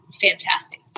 fantastic